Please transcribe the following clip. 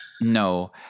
No